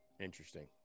interesting